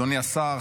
אדוני השר,